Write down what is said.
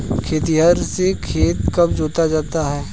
खेतिहर से खेत कब जोता जाता है?